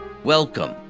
Welcome